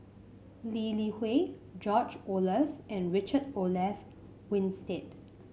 Lee Li Hui George Oehlers and Richard Olaf Winstedt